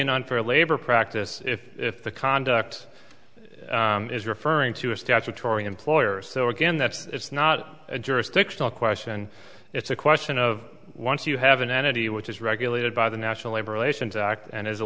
an unfair labor practice to conduct is referring to a statutory employer so again that it's not a jurisdictional question it's a question of once you have an entity which is regulated by the national labor relations act and as a